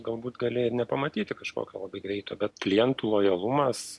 galbūt gali ir nepamatyti kažkokio labai greito bet klientų lojalumas